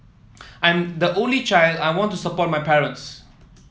I am the only child I want to support my parents